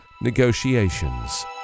negotiations